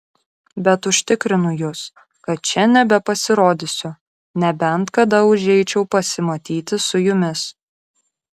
bet užtikrinu jus kad čia nebepasirodysiu nebent kada užeičiau pasimatyti su jumis